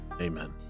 Amen